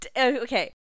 okay